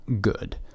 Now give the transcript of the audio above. good